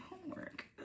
homework